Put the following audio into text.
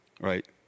right